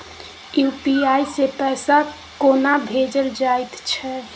UPI सँ पैसा कोना भेजल जाइत छै?